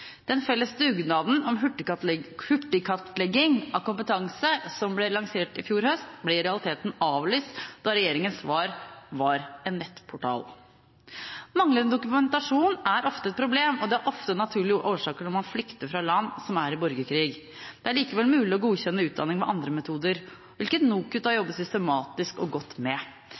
Den felles dugnaden om hurtigkartlegging av kompetanse som ble lansert i fjor høst, ble i realiteten avlyst da regjeringens svar var en nettportal. Manglende dokumentasjon er ofte et problem, og det har ofte naturlige årsaker når man flykter fra land som er i borgerkrig. Det er likevel mulig å godkjenne utdanning ved andre metoder, hvilket NOKUT har jobbet systematisk og godt med.